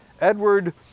Edward